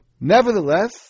Nevertheless